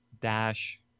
Dash